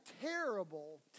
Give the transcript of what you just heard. terrible